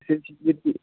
أسۍ حظ چھِ ییٚتی